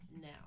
now